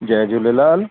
Jay Jhulelal